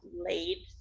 late